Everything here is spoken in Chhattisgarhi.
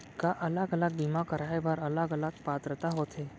का अलग अलग बीमा कराय बर अलग अलग पात्रता होथे?